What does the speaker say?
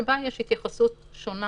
שבה יש התייחסות שונה